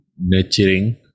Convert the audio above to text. nurturing